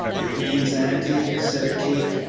it means, auntie, said kate,